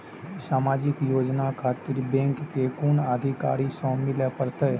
समाजिक योजना खातिर बैंक के कुन अधिकारी स मिले परतें?